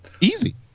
Easy